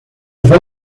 vou